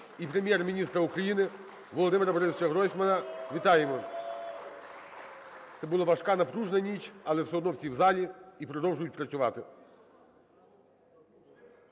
і Прем'єр-міністра України Володимира БорисовичаГройсмана. Вітаємо! (Оплески) Це була важка, напружена ніч, але все одно всі в залі і продовжують працювати.